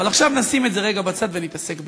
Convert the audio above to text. אבל עכשיו נשים את זה רגע בצד ונתעסק בעיקר.